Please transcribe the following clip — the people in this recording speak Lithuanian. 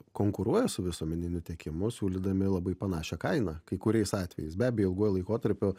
konkuruoja su visuomeniniu tiekimu siūlydami labai panašią kainą kai kuriais atvejais be abejo ilguoju laikotarpiu